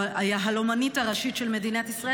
היהלומנית הראשית של מדינת ישראל.